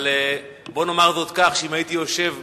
אבל בוא נאמר זאת כך: אם הייתי יושב במקומי,